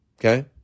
okay